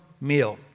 meal